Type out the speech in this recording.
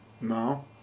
No